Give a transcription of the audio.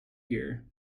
here